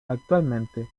actualmente